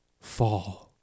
fall